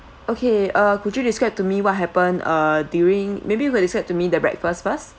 okay uh could you describe to me what happen uh during maybe you can describe to me the breakfast first